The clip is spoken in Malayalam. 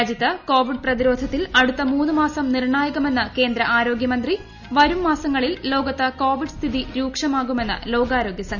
രാജ്യത്ത് കോവിഡ് പ്ര്ച്തിരോധത്തിൽ അടുത്ത മൂന്ന് മാസം നിർണായകമെന്ന് കേന്ദ്ര ആരോഗൃമന്ത്രി വരും മാസങ്ങളിൽ ലോകത്ത് കോവിഡ് സ്ഥിതി രൂക്ഷമാകുമെന്ന് ലോകാരോഗൃ സംഘടന